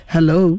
Hello